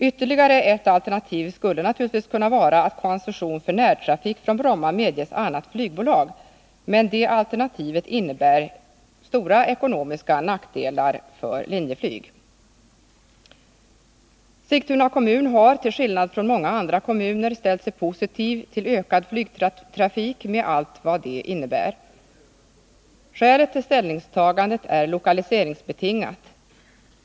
Ytterligare ett alternativ skulle naturligtvis kunna vara att koncession för närtrafik från Bromma medges annat flygbolag, men det alternativet innebär stora ekonomiska nackdelar för Linjeflyg. Sigtuna kommun har — till skillnad från många andra kommuner — ställt sig positiv till ökad flygtrafik med allt vad detta innebär. Skälet till ställningstagandet är lokaliseringsbetingat.